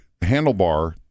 handlebar